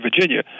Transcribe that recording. virginia